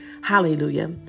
Hallelujah